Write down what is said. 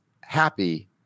happy